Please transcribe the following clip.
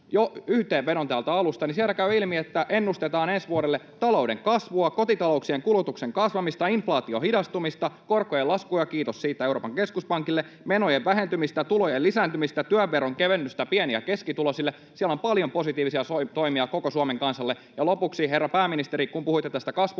yhteenvedon täältä alusta, niin sieltä käy ilmi, että ennustetaan ensi vuodelle talouden kasvua, kotitalouksien kulutuksen kasvamista, inflaation hidastumista, korkojen laskua — kiitos siitä Euroopan keskuspankille — menojen vähentymistä, tulojen lisääntymistä, työn veron kevennystä pieni- ja keskituloisille. Siellä on paljon positiivisia toimia koko Suomen kansalle. Ja lopuksi, herra pääministeri, kun puhuitte tästä